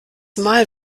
mal